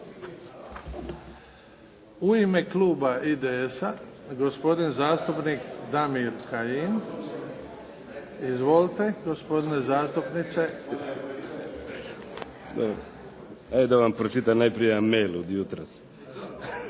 U ime kluba IDS-a, gospodin zastupnik Damir Kajin. Izvolite gospodine zastupniče. **Kajin, Damir (IDS)** Da vam pročitam najprije jedan e-mail od jutros.